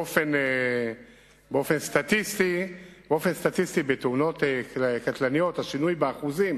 באופן סטטיסטי, בתאונות קטלניות השינוי באחוזים